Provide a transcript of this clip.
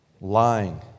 Lying